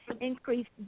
increased